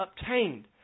obtained